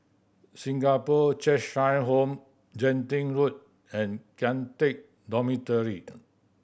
Singapore Cheshire Home Genting Road and Kian Teck Dormitoried